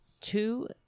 two